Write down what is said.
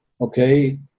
okay